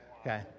Okay